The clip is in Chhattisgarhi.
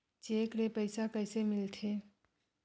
चेक ले पईसा कइसे मिलथे?